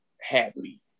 happy